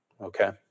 Okay